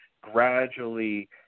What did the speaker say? gradually